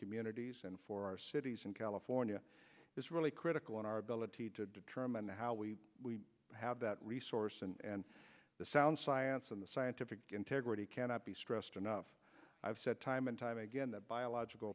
communities and for our cities in california is really critical in our ability to determine how we have that resource and the sound science and the scientific integrity cannot be stressed enough i've said time and time again that